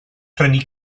prynu